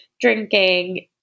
drinking